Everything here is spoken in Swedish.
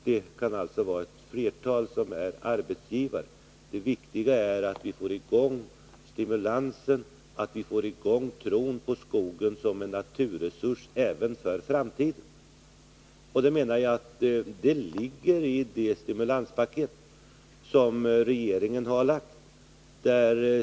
Det kan alltså vara ett flertal som är arbetsgivare. Det viktiga är att vi får i gång stimulansen, att vi får i gång tron på skogen som en naturresurs även för framtiden. Den innebörden menar jag ligger i det stimulanspaket som regeringen har lagt fram.